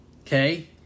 Okay